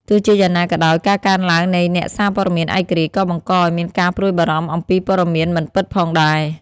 ទោះជាយ៉ាងណាក៏ដោយ ការកើនឡើងនៃអ្នកសារព័ត៌មានឯករាជ្យក៏បង្កឱ្យមានការព្រួយបារម្ភអំពីព័ត៌មានមិនពិតផងដែរ។